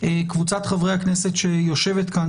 שקבוצת חברי הכנסת שיושבת כאן,